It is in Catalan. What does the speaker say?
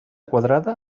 quadrada